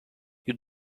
you